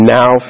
Now